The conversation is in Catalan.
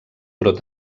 però